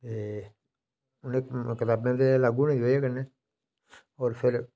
ते उ'नें कताबें दे लागू होने दी वजह् कन्नै और फिर